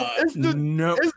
No